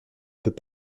peut